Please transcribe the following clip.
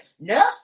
no